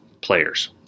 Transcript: players